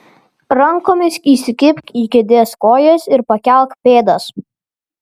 rankomis įsikibk į kėdės kojas ir pakelk pėdas